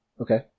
Okay